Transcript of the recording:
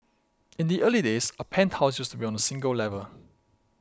in the early days a penthouse used to be on a single level